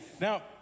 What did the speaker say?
Now